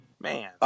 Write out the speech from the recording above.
man